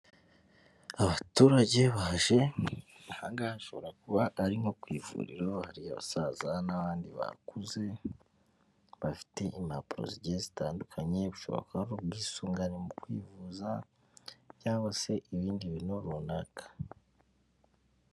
Abaturage baje aha ngaha hashobora kuba ari nko ku ivuriro, hari abasaza n'abandi bakuze bafite impapuro zigiye zitandukanye, bishobora kuba ari ubwisungane mu kwivuza cyangwa se ibindi bintu runaka.